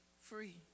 free